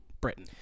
Britain